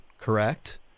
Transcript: correct